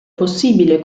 possibile